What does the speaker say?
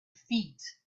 feet